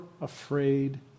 afraid